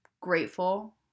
grateful